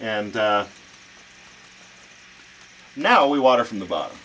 and now we water from the bottom